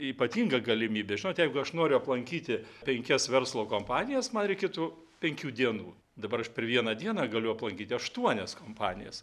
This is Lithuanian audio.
ypatinga galimybė žinot jeigu aš noriu aplankyti penkias verslo kompanijas man reikėtų penkių dienų dabar aš per vieną dieną galiu aplankyti aštuonias kompanijas